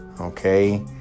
okay